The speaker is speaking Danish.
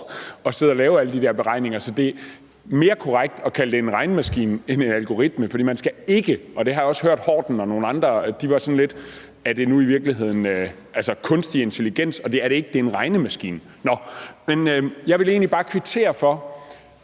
at sidde og lave alle de der beregninger. Så det er mere korrekt at kalde det en regnemaskine end en algoritme. Jeg har også hørt Horten og nogle andre spørge, om det nu i virkeligheden er kunstig intelligens. Men det er det ikke, det er en regnemaskine. Nå, men jeg vil egentlig bare kvittere for,